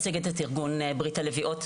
ארגון ברית הלביאות,